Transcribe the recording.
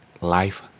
life